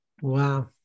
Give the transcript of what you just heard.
Wow